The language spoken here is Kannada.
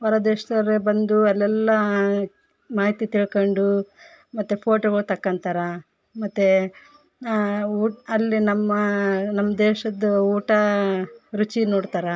ಹೊರ ದೇಶದವರೇ ಬಂದು ಅಲ್ಲೆಲ್ಲ ಮಾಹಿತಿ ತಿಳ್ಕೊಂಡು ಮತ್ತು ಫೋಟೋಗಳು ತಕ್ಕೊಂತಾರೆ ಮತ್ತು ಊಟ ಅಲ್ಲಿ ನಮ್ಮ ನಮ್ಮ ದೇಶದ್ದು ಊಟ ರುಚಿ ನೋಡ್ತಾರೆ